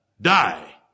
die